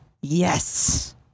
Yes